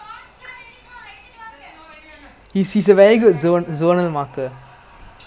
ya is like he will wait for you to commit a or like err make a big touch and then he will get the ball or something like that